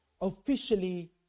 officially